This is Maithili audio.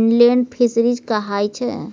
इनलेंड फीसरीज कहाय छै